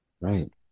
Right